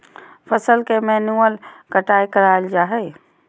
फसल के मैन्युअल कटाय कराल जा हइ